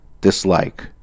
dislike